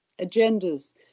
agendas